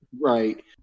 Right